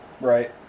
Right